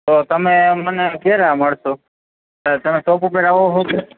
તો તમે મને ક્યારે મળશો તમે સોપ ઉપર આવો છો કે